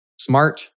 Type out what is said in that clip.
smart